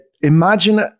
Imagine